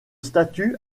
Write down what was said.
statue